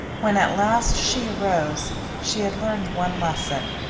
when at last she arose she had learned one lesson,